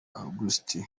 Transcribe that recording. augustin